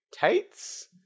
Tights